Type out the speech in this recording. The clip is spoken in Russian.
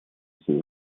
эти